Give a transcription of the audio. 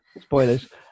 Spoilers